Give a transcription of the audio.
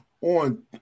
on